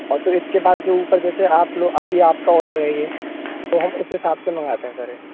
अब तो इसके बाद जो ऊपर जैसे आप लोग अभी आपका ओडर है ये तो हम उस हिसाब से मँगाते हैं सर